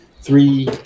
three